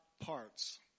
parts